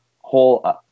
whole